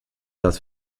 das